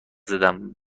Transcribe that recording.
زدم